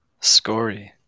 Scory